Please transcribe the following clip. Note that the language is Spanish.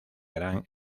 gran